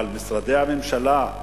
אבל משרדי הממשלה,